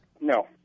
No